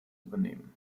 übernehmen